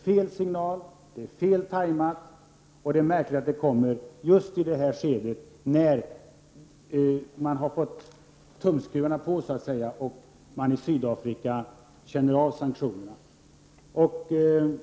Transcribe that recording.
De signalerna är fel tajmade, och det är märkligt att de kommer just i ett skede när tumskruvarna har dragits åt och man i Sydafrika känner av sanktionerna.